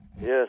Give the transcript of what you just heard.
Yes